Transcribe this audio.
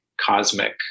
cosmic